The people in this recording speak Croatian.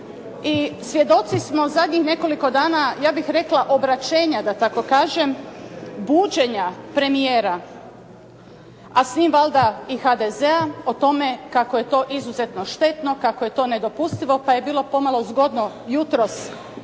i svjedoci smo zadnjih nekoliko dana ja bih rekla obraćenja da tako kažem, buđenja premijera, a s tim valjda i HDZ-a o tome kako je to izuzetno štetno, kako je to nedopustivo pa je bilo pomalo zgodno jutros promatrati